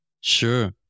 Sure